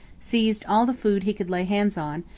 seized all the food he could lay hands on,